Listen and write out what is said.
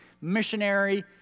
missionary